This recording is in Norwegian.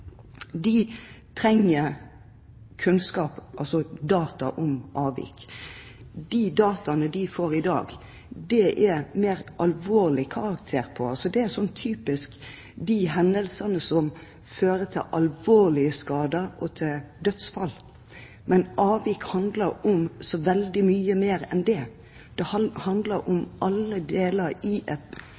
de trenger kunnskap, altså data om avvik. De dataene de får i dag, er av mer alvorlig karakter; de hendelsene som fører til alvorlige skader og til dødsfall. Men avvik handler om så veldig mye mer enn det. Det handler om alle deler i